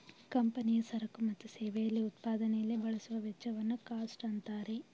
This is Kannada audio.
ಕಂಪನಿಯ ಸರಕು ಮತ್ತು ಸೇವೆಯಲ್ಲಿ ಉತ್ಪಾದನೆಯಲ್ಲಿ ಬಳಸುವ ವೆಚ್ಚವನ್ನು ಕಾಸ್ಟ್ ಅಂತಾರೆ